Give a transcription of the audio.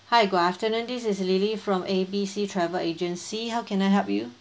hi good afternoon this is lily from A B C travel agency how can I help you